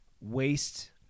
waste